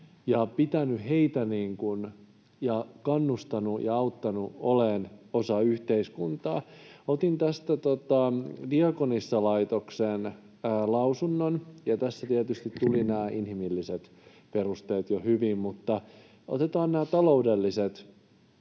olevia nuoria ja kannustanut ja auttanut olemaan osa yhteiskuntaa. Otin tästä Diakonissalaitoksen lausunnon. Tässä tietysti tulivat nämä inhimilliset perusteet jo hyvin, mutta otetaan nämä taloudelliset